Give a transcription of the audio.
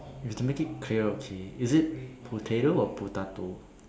you have to make it clear okay is it potato or potato